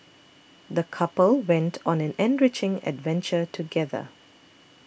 the couple went on an enriching adventure together